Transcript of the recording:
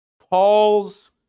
Paul's